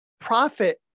Profit